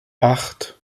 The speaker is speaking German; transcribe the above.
acht